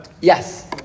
Yes